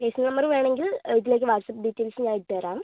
register number വേണമെങ്കിൽ ഇതിലേക്ക് WhatsApp details ഞാൻ ഇട്ട് തരാം